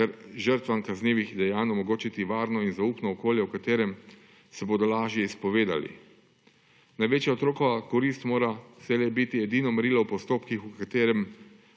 ter žrtvam kaznivih dejanj omogočiti varno in zaupno okolje, v katerem se bodo lažje izpovedale. Največja otrokova korist mora vselej biti edino merilo v postopkih, v katere